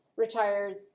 Retired